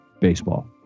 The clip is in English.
baseball